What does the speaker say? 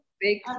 big